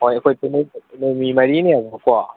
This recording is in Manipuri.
ꯍꯣꯏ ꯑꯩꯈꯣꯏ ꯄꯨꯂꯞ ꯆꯠꯀꯗꯧꯕ ꯃꯤ ꯃꯔꯤꯅꯦꯕꯀꯣ